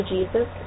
Jesus